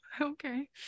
okay